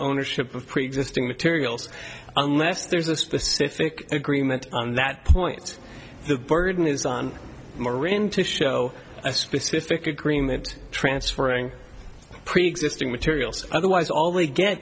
ownership of preexisting materials unless there's a specific agreement on that point the burden is on murrin to show a specific agreement transferring preexisting materials otherwise all we get